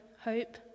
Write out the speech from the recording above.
hope